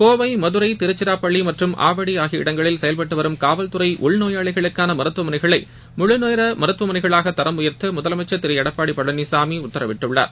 கோவை மதுரை திருச்சிராப்பள்ளி மற்றும் ஆவடி ஆகிய இடங்களில் செயல்பட்டுவரும் காவல்துறை உள் நோயாளிகளுக்கான மருத்துவமளைகளை முழு நேர மருத்துவமனைகளாக தரம் உயர்த்த முதலமைச்சர் திரு எடப்பாடி பழனிசாமி உத்தரவிட்டுள்ளார்